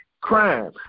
crime